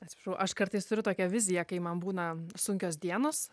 atsiprašau aš kartais turiu tokią viziją kai man būna sunkios dienos